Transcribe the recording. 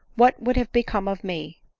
what would have be come of me?